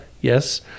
Yes